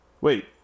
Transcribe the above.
Wait